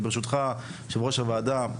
ברשותך יושב ראש הוועדה,